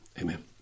Amen